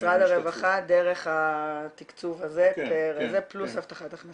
- משרד הרווחה דרך התקצוב הזה כ- -- פלוס הבטחת הכנסה.